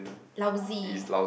lousy